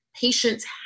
patients